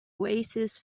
oasis